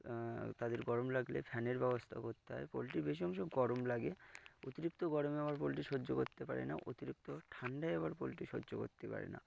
তাদের গরম লাগলে ফ্যানের ব্যবস্থা করতে হয় পোলট্রী বেশ অস্য গরম লাগে অতিরিক্ত গরমে আবার পোলট্রী সহ্য করতে পারে না অতিরিক্ত ঠান্ডায় আবার পোলট্রী সহ্য করতে পারি না